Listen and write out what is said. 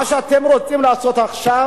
מה שאתם רוצים לעשות עכשיו,